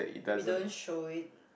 we don't show it